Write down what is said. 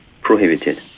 prohibited